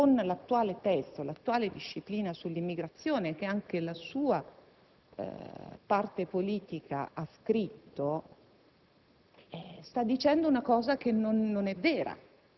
stato realizzato in linea con l'attuale disciplina sull'immigrazione che anche la sua parte politica ha scritto,